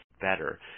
better